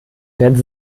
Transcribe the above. werden